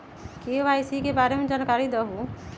KYC के बारे में जानकारी दहु?